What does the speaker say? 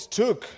took